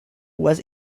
was